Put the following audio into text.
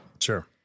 Sure